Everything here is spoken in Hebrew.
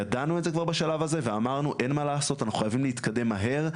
ידענו את זה כבר בשלב הזה ואמרנו אין מה לעשות אנחנו חייבים להתקדם מהר,